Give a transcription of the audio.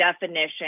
definition